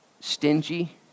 stingy